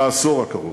בעשור הקרוב.